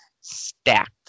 stacked